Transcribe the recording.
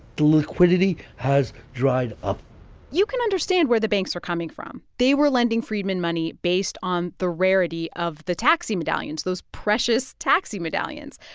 the liquidity has dried up you can understand where the banks are coming from. they were lending freidman money based on the rarity of the taxi medallions, those precious taxi medallions.